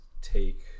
take